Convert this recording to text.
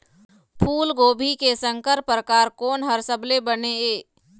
फूलगोभी के संकर परकार कोन हर सबले बने ये?